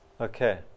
Okay